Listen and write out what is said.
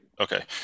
Okay